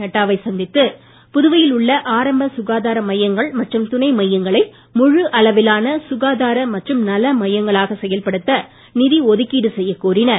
நட்டாவை சந்தித்து புதுவையில் உள்ள ஆரம்ப சுகாதார மையங்கள் மற்றும் துணை மையங்களை முழு அளவிலான சுகாதார மற்றும் நல மையங்களாக செயல்படுத்த நிதி ஒதுக்கீடு செய்யக் கோரினார்